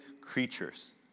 creatures